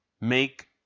make